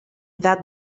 that